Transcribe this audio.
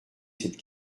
cette